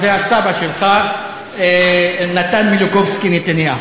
זה הסבא שלך, נתן מיליקובסקי נתניהו.